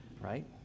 right